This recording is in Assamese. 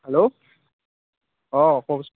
হেল্ল' অঁ কওকচোন